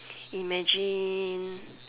imagine